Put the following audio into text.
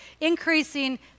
increasing